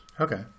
Okay